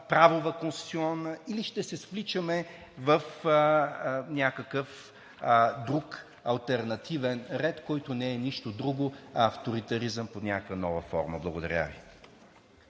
правова и конституционна, или ще се свличаме в някакъв друг алтернативен ред, който не е нищо друго, а авторитаризъм под някаква нова форма. Благодаря Ви.